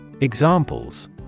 Examples